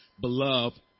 beloved